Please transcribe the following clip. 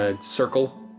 Circle